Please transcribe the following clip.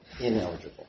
ineligible